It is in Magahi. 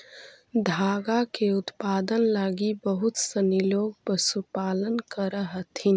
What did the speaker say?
धागा के उत्पादन लगी बहुत सनी लोग पशुपालन करऽ हथिन